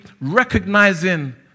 recognizing